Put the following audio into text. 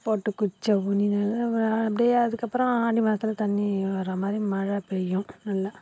போட்டு குச்சி ஊன்றினாலேஅப்படியே அதுக்கப்பறம் ஆடி மாசத்தில் தண்ணி வர மாதிரி மழை பெய்யும் நல்லா